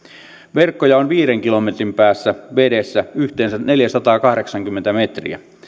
verkkoja on viiden kilometrin päässä vedessä yhteensä neljäsataakahdeksankymmentä metriä